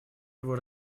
его